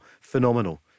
Phenomenal